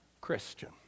Christian